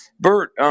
Bert